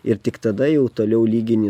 ir tik tada jau toliau lygini